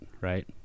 right